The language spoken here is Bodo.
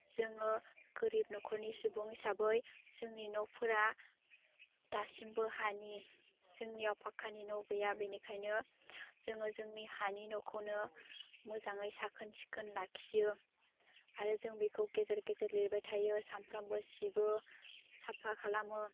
जोङो गोरिब न'खरनि सुबुं हिसाबै जोंनि न'फोरा दासिमबो हानि जोंनियाव फाखानि न' गैया बेनिखायनो जोङो जोंनि हानि न'खौनो मोजाङै साखोन सिखोन लाखियो आरो जों बेखौ गेजेर गेजेर लिरबाय थायो सामफ्रामबो सिबो साफा खालामो